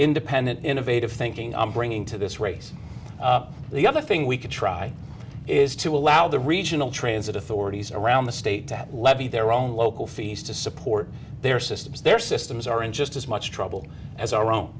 independent innovative thinking i'm bringing to this race the other thing we could try is to allow the regional transit authorities around the state to levy their own local fees to support their systems their systems are in just as much trouble as our own